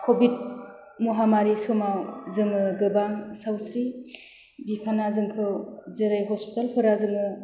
Covid महामारि समाव जोङो गोबां सावस्रि बिफाना जोंखौ जेरै हस्पिटालफोराव जोङो